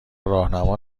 راهنما